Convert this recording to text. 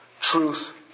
Truth